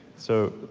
so,